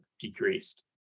decreased